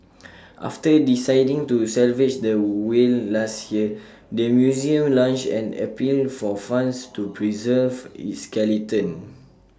after deciding to salvage the whale last year the museum launched an appeal for funds to preserve its skeleton